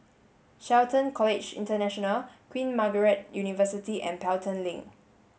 Shelton College International Queen Margaret University and Pelton Link